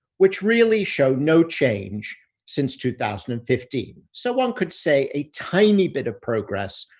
which really showed no change since two thousand and fifteen. so, one could say a tiny bit of progress,